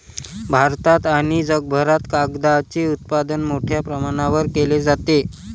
भारतात आणि जगभरात कागदाचे उत्पादन मोठ्या प्रमाणावर केले जाते